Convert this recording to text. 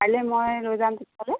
কাইলৈ মই লৈ যাম